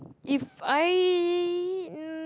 If I